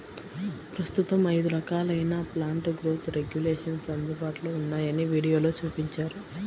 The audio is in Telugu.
ప్రస్తుతం ఐదు రకాలైన ప్లాంట్ గ్రోత్ రెగ్యులేషన్స్ అందుబాటులో ఉన్నాయని వీడియోలో చూపించారు